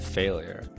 failure